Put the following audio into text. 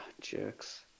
jerks